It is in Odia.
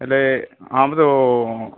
ହେଲେ ଆମର